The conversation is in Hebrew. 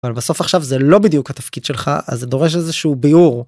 בסוף עכשיו זה לא בדיוק התפקיד שלך אז זה דורש איזשהו ביאור.